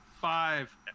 five